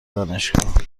دانشگاه